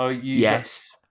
Yes